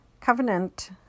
covenant